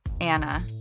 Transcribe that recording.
Anna